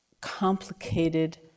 complicated